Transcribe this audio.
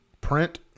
Print